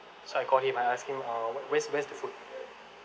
so I called him I ask him uh where's where's the food